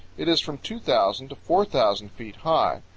it is from two thousand to four thousand feet high.